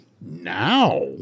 now